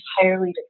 entirely